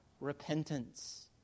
repentance